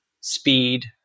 speed